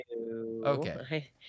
Okay